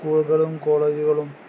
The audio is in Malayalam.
സ്കൂളുകളും കോളേജുകളും